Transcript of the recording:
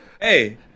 Hey